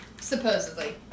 supposedly